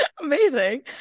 amazing